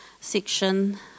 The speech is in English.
section